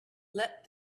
let